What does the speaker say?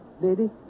lady